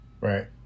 Right